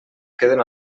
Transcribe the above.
queden